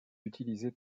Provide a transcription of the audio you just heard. utilisé